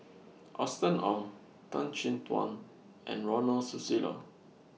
Austen Ong Tan Chin Tuan and Ronald Susilo